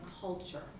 culture